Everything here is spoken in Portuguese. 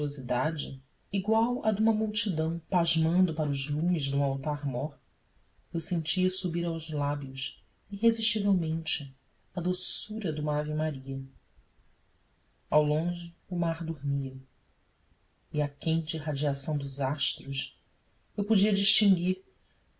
religiosidade igual à de uma multidão pasmando para os lumes de um altar-mor eu sentia subir aos lábios irresistivelmente a doçura de uma ave-maria ao longe o mar dormia e à quente irradiação dos astros eu podia distinguir